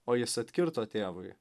o jis atkirto tėvui